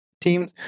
teams